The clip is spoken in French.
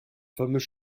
fameux